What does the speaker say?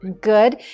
Good